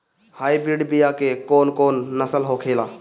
Hybrid बीया के कौन कौन नस्ल होखेला?